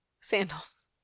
sandals